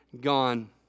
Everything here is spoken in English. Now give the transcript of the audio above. gone